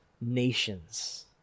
nations